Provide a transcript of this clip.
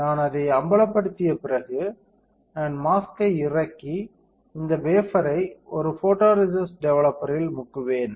நான் அதை அம்பலப்படுத்திய பிறகு நான் மாஸ்க்யை இறக்கி இந்த வேஃபர்ரை ஒரு ஃபோட்டோரேசிஸ்ட் டெவலப்பரில் முக்குவேன்